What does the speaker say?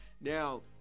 Now